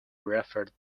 referred